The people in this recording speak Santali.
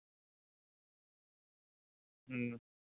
ᱦᱩᱸ